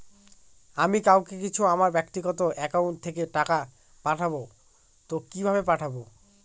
আমি কাউকে কিছু আমার ব্যাক্তিগত একাউন্ট থেকে টাকা পাঠাবো তো কিভাবে পাঠাবো?